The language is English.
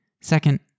Second